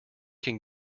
can